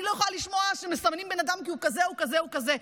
אני לא יכולה לשמוע שמסמנים בן אדם כי הוא כזה או כזה או כזה.